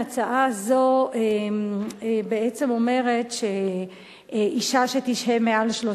ההצעה הזאת בעצם אומרת שאשה שתשהה מעל 30